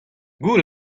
gouzout